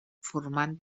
formant